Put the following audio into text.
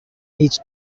each